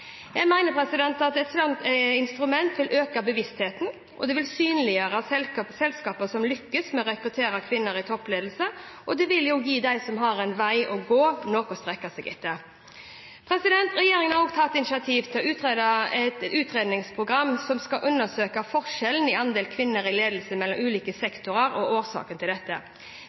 Jeg mener at et slikt instrument vil øke bevisstheten, og det vil synliggjøre selskaper som lykkes med å rekruttere kvinner til toppledelse. Det vil også gi dem som har en vei å gå, noe å strekke seg etter. Regjeringen har også tatt initiativ til et utredningsprogram som skal undersøke forskjellen i andel kvinner i ledelsen mellom ulike